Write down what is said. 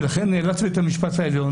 ולכן נאלץ בית המשפט העליון,